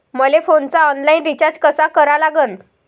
मले फोनचा online recharge कसा करा लागन?